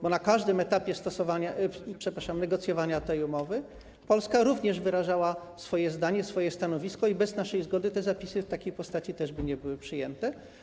Bo na każdym etapie stosowania, przepraszam, negocjowania tej umowy Polska również wyrażała swoje zdanie, swoje stanowisko i bez naszej zgody te zapisy w takiej postaci też by nie były przyjęte.